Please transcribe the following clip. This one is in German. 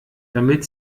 damit